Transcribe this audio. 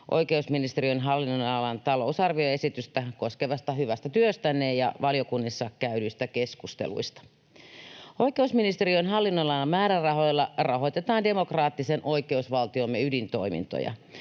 oikeusministeriön hallinnonalan talousar-vioesitystä koskevasta hyvästä työstänne ja valiokunnissa käydyistä keskusteluista. Oikeusministeriön hallinnonalan määrärahoilla rahoitetaan demokraattisen oikeusvaltiomme ydintoimintoja.